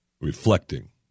reflecting